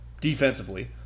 Defensively